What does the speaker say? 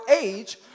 age